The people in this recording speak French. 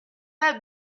pas